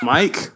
Mike